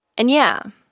and, yeah,